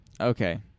Okay